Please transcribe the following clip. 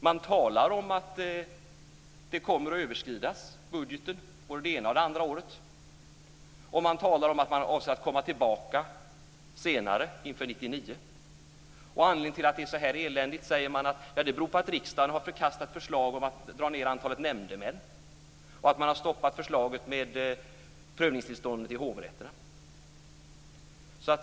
Man talar om att budgeten kommer att överskridas både det ena och det andra året, och man avser att komma tillbaka senare, inför 1999. Man påstår att anledningen till eländet är att riksdagen har förkastat förslaget om att dra ned antalet nämndemän och förslaget om prövningstillstånd i hovrätterna.